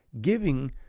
giving